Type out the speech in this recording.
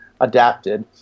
adapted